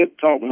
talk